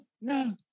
no